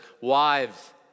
Wives